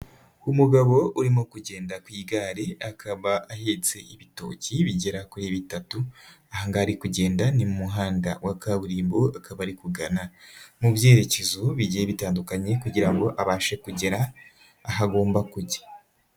Umugabo urimo kugenda ku igare akaba ahetse ibitoki bigera kuri bitatu, aha ngaha ari kugenda ni mu muhanda wa kaburimbo akaba ari kugana mu byerekezo bigiye bitandukanye kugira ngo abashe kugera aho agomba kujya.